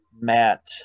Matt